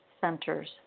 centers